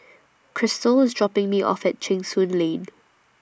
Krystle IS dropping Me off At Cheng Soon Lane